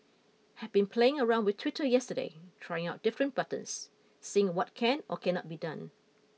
had been playing around with Twitter yesterday trying out different buttons seeing what can or cannot be done